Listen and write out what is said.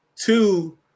two